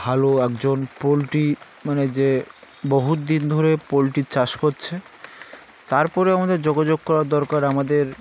ভালো একজন পোলট্রি মানে যে বহুত দিন ধরে পোলট্রি চাষ কছে তারপরে আমাদের যোগাযোগ করার দরকার আমাদের